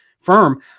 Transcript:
firm